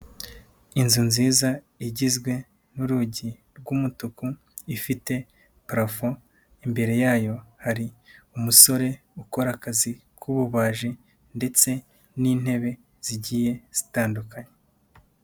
Inzu nziza igizwe n'urugi rw'umutuku ifite parafo, imbere yayo hari umusore ukora akazi k'ububaji ndetse n'intebe zigiye zitandukanye.